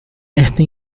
esta